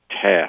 task